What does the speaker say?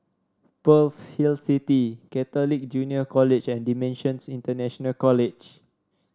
Pearl's Hill City Catholic Junior College and Dimensions International College